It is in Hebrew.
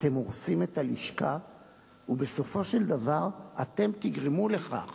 אתם הורסים את הלשכה ובסופו של דבר אתם תגרמו לכך